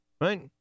Right